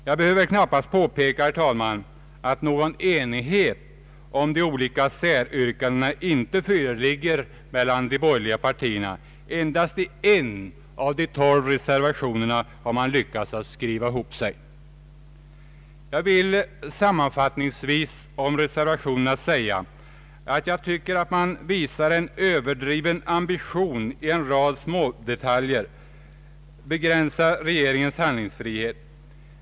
Jag behöver väl knappast påpeka, herr talman, att någon enighet om de olika säryrkandena inte föreligger mellan de borgerliga partierna. Endast en av de tolv reservationerna har man lyckats skriva ihop sig om. Sammanfattningsvis vill jag om reservationerna säga, att jag tycker att man visar en överdriven ambition i en rad smådetaljer för att begränsa regeringens handlingsfrihet.